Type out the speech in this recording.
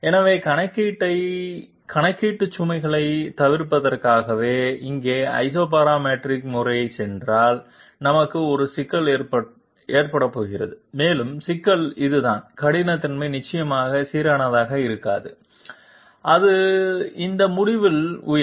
எனவே கணக்கீட்டு சுமைகளைத் தவிர்ப்பதற்காகவே இங்கே ஐசோபராமெட்ரிக் முறைக்குச் சென்றால் நமக்கு ஒரு சிக்கல் ஏற்படப்போகிறது மேலும் சிக்கல் இதுதான் கடினத்தன்மை நிச்சயமாக சீரானதாக இருக்காது அது இந்த முடிவில் உயரும்